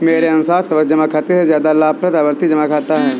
मेरे अनुसार सावधि जमा खाते से ज्यादा लाभप्रद आवर्ती जमा खाता है